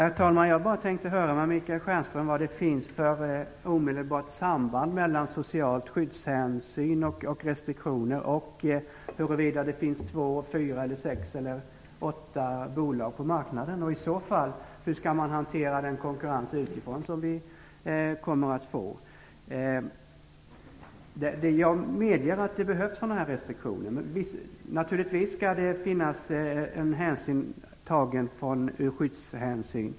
Herr talman! Jag tänkte bara höra med Michael Stjernström vad det finns för omedelbart samband mellan sociala skyddshänsyn och restriktioner å ena sidan och antalet bolag - två, fyra, sex eller åtta - på marknaden å den andra sidan. Om det finns ett sådant samband - hur skall man i så fall hantera den konkurrens utifrån som vi kommer att få? Jag medger att det behövs restriktioner. Naturligtvis skall det tas skyddshänsyn.